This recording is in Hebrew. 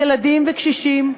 ילדים וקשישים,